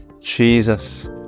jesus